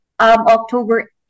October